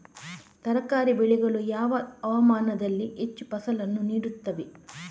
ತರಕಾರಿ ಬೆಳೆಗಳು ಯಾವ ಹವಾಮಾನದಲ್ಲಿ ಹೆಚ್ಚು ಫಸಲನ್ನು ನೀಡುತ್ತವೆ?